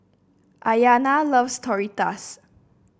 Iyana loves Tortillas